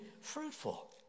fruitful